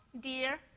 dear